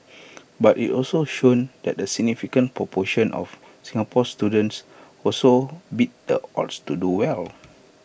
but IT also showed that A significant proportion of Singapore students also beat the odds to do well